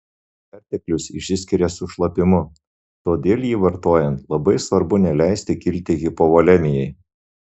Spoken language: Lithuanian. perteklius išsiskiria su šlapimu todėl jį vartojant labai svarbu neleisti kilti hipovolemijai